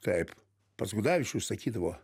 taip pats gudavičius sakydavo